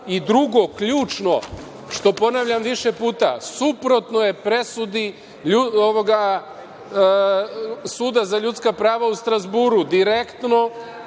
drugo, ključno što ponavljam više puta, suprotno je presudi suda za ljudska prava u Strazburu direktno